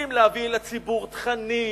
רוצים להביא אל הציבור תכנים,